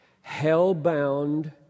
hell-bound